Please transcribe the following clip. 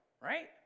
right